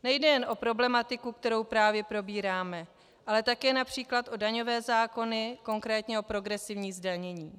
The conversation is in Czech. Nejde jen o problematiku, kterou právě probíráme, ale také například o daňové zákony, konkrétně o progresivní zdanění.